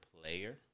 player